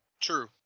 True